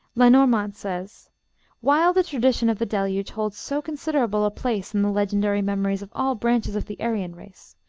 lenormant says while the tradition of the deluge holds so considerable a place in the legendary memories of all branches of the aryan race,